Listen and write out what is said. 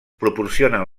proporcionen